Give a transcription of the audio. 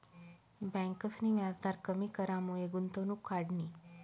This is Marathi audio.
ब्यांकसनी व्याजदर कमी करामुये गुंतवणूक वाढनी